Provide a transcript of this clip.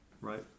Right